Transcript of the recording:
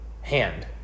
hand